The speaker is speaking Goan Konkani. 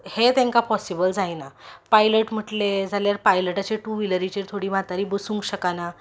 हें तांकां पॉसीबल जायना पायलट म्हटले जाल्यार पायलटाचेर टूब विलरीचेर थोडी म्हातारीं बसूंक शकाना